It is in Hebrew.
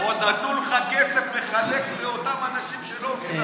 ועוד נתנו לך כסף לחלק לאותם אנשים שלא הולכים לצבא.